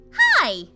Hi